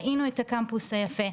ראינו את הקמפוס היפה,